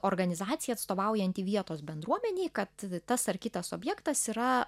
organizacija atstovaujanti vietos bendruomenei kad tas ar kitas objektas yra